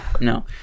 no